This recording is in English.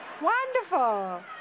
Wonderful